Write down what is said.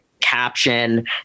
caption